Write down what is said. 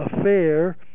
affair